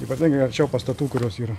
ypatingai arčiau pastatų kurios yra